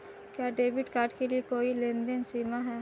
क्या debit card के लिए कोई लेनदेन सीमा है?